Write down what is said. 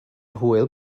hwyl